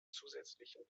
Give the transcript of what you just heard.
zusätzlichen